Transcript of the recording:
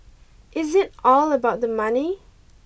is it all about the money